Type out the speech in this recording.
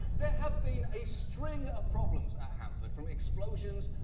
there have been a string of problems at hanford, from explosions,